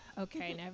Okay